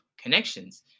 connections